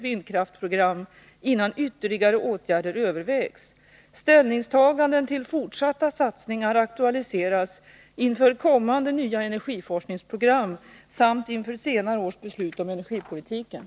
Vilka erfarenheter har regeringen gjort av vindkraftverket när det gäller ytterligare satsningar på sådan alternativ energiproduktion?